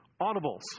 audibles